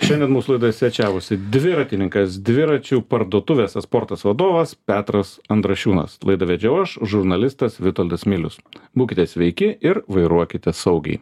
šiandien mūsų laidoj svečiavosi dviratininkas dviračių parduotuvės e sportas vadovas petras andrašiūnas laidą vedžiau aš žurnalistas vitoldas milius būkite sveiki ir vairuokite saugiai